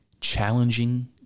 challenging